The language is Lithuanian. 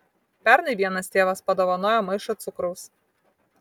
pernai vienas tėvas padovanojo maišą cukraus